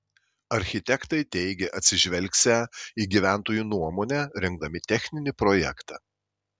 architektai teigė atsižvelgsią į gyventojų nuomonę rengdami techninį projektą